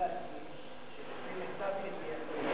למיטב ידיעתי,